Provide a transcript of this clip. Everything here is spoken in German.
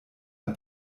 ein